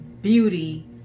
beauty